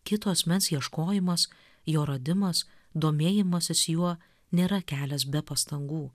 kito asmens ieškojimas jo radimas domėjimasis juo nėra kelias be pastangų